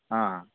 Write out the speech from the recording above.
ఆ